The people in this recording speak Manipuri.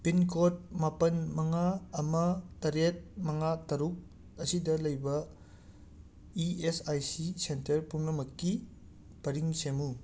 ꯄꯤꯟ ꯀꯣꯠ ꯃꯥꯄꯟ ꯃꯉꯥ ꯑꯃ ꯇꯔꯦꯠ ꯃꯉꯥ ꯇꯔꯨꯛ ꯑꯁꯤꯗ ꯂꯩꯕ E S I C centre ꯄꯨꯝꯅꯃꯛꯀꯤ ꯄꯔꯤꯡ ꯁꯦꯝꯃꯨ